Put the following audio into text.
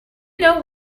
know